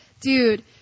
dude